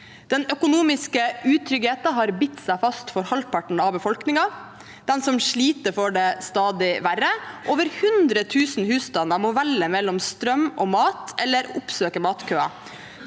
Den økonomiske utryggheten har bitt seg fast for halvparten av befolkningen. De som sliter, får det stadig verre. Over 100 000 husstander må velge mellom strøm og mat, eller oppsøke matkøer.